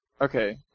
Okay